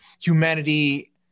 humanity